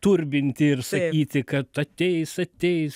turbinti ir sakyti kad ateis ateis